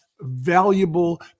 valuable